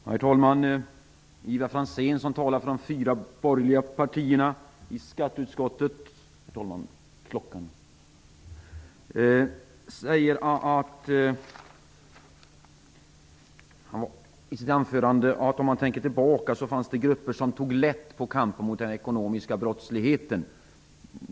Herr talman! Ivar Franzén är de fyra borgerliga partiernas talesman i skatteutskottet. Han säger att om man tänker tillbaka finner man att det har funnits grupper som tagit lätt på detta med kampen mot den ekonomiska brottsligheten.